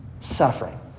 Suffering